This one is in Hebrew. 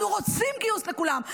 אנחנו רוצים גיוס לכולם.